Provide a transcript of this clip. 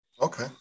Okay